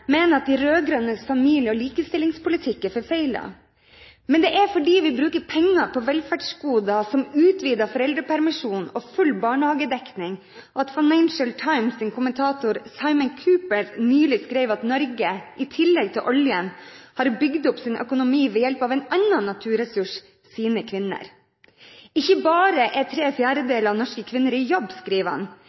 mener at de rød-grønnes familie- og likestillingspolitikk er forfeilet. Men det er fordi vi bruker penger på velferdsgoder, som utvidet foreldrepermisjon og full barnehagedekning, at Financial Times’ kommentator, Simon Kuper, nylig skrev at Norge, i tillegg til oljen, har bygd opp sin økonomi ved hjelp av en annen «naturressurs», sine kvinner. Ikke bare er tre fjerdedeler av norske kvinner i jobb,